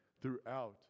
throughout